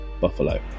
Buffalo